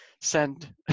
send